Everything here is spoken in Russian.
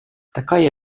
такая